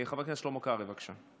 חבר הכנסת שלמה קרעי, בבקשה.